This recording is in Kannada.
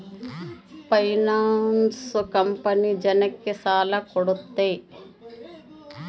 ಫೈನಾನ್ಸ್ ಕಂಪನಿ ಜನಕ್ಕ ಸಾಲ ಕೊಡುತ್ತೆ